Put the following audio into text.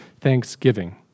thanksgiving